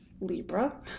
Libra